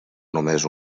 només